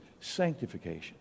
Sanctification